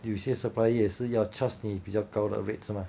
有些 supplier 也是要 charge 你比较高的 rate 是吗